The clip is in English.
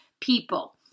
people